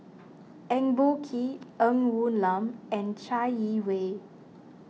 Eng Boh Kee Ng Woon Lam and Chai Yee Wei